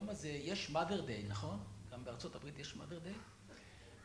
היום הזה יש mother day, נכון? גם בארה״ב יש mother day?